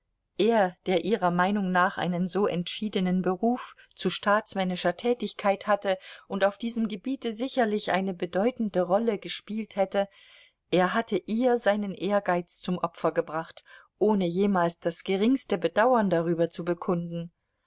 er der ihrer meinung nach einen so entschiedenen beruf zu staatsmännischer tätigkeit hatte und auf diesem gebiete sicherlich eine bedeutende rolle gespielt hätte er hatte ihr seinen ehrgeiz zum opfer gebracht ohne jemals das geringste bedauern darüber zu bekunden